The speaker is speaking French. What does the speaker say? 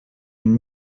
une